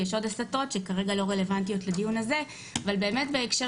יש עוד הסתות שכרגע לא רלוונטיות לדיון הזה אבל בהקשר